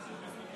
תדע שזה בזכותך,